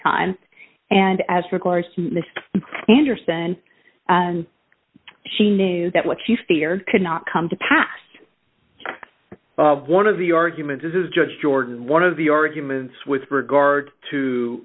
time and as regards to anderson she knew that what she feared could not come to pass one of the arguments is judge jordan one of the arguments with regard to